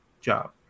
job